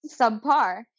subpar